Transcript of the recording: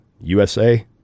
USA